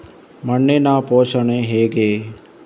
ಮಣ್ಣಿನ ಪೋಷಣೆ ಹೇಗೆ?